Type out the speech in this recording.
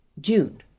June